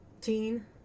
teen